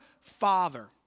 Father